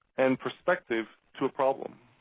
and perspective to a problem.